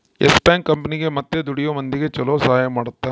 S Bank ಕಂಪನಿಗೇ ಮತ್ತ ದುಡಿಯೋ ಮಂದಿಗ ಚೊಲೊ ಸಹಾಯ ಮಾಡುತ್ತ